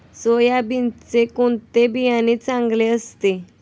सोयाबीनचे कोणते बियाणे चांगले असते?